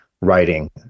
writing